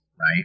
Right